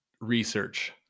research